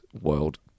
world